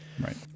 Right